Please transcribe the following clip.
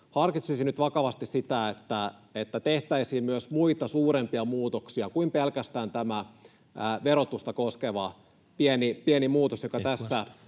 harkitsisivat nyt vakavasti sitä, että tehtäisiin myös muita, suurempia muutoksia kuin pelkästään tämä verotusta koskevaa pieni muutos, joka tässä